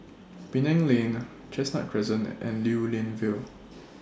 Penang Lane Chestnut Crescent and Lew Lian Vale